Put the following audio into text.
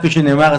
כפי שנאמר,